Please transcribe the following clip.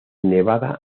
nevada